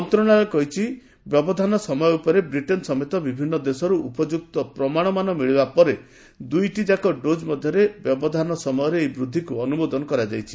ମନ୍ତ୍ରଶାଳୟ କହିଛି ବ୍ୟବଧାନ ସମୟ ଉପରେ ବ୍ରିଟେନ୍ ସମେତ ବିଭିନ୍ନ ଦେଶରୁ ଉପଯୁକ୍ତ ପ୍ରମାଶମାନ ମିଳିବା ପରେ ଦୁଇଟିଯାକ ଡୋଜ୍ ମଧ୍ୟରେ ବ୍ୟବଧାନ ସମୟରେ ଏହି ବୃଦ୍ଧିକୁ ଅନୁମୋଦନ କରାଯାଇଛି